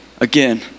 again